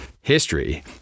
History